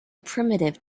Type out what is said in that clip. primitive